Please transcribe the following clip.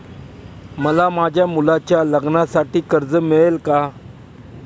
मला माझ्या मुलाच्या लग्नासाठी कर्ज मिळेल का?